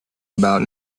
about